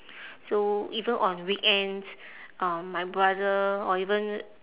so even on weekends uh my brother or even